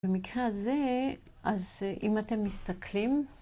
במקרה הזה, אז אם אתם מסתכלים